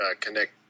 Connect